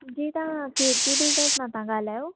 जी तव्हां कीर्ती बिल्डर्स मां था ॻाल्हायो